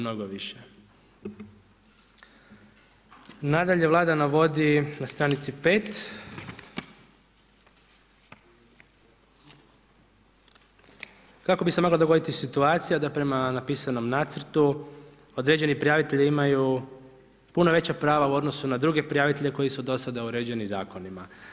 Nadalje Vlada navodi na stranici 5 kako bi se mogla dogoditi situacija da prema napisanom nacrtu određeni prijavitelji imaju puno veća prava u odnosu na druge prijavitelje koji su dosada uređeni zakonima.